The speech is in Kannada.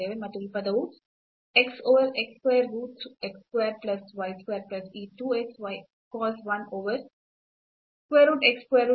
ಮತ್ತು ಈ ಪದವು x over x square root x square plus y square plus ಈ 2 x cos 1 over square root x square plus y square ಆಗುತ್ತದೆ